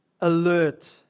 alert